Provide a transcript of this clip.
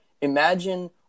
Imagine